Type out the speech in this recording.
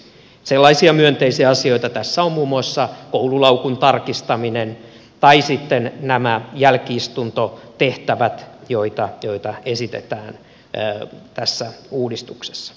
sellaisia myönteisiä asioita tässä ovat muun muassa koululaukun tarkistaminen tai sitten nämä jälki istuntotehtävät joita esitetään tässä uudistuksessa